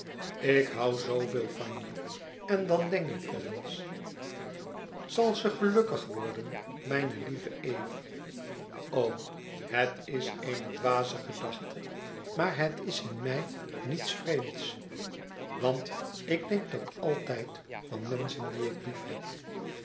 ik hoû zooveel van je en dan denk ik wel eens zal ze gelukkig worden mijne lieve eve o het is eene dwaze gedachte maar het is in mij niets vreemds want ik denk dat altijd van menschen die ik liefheb